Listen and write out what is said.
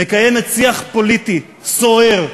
מקיימת שיח פוליטי סוער,